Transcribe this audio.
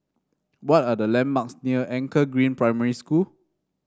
what are the landmarks near Anchor Green Primary School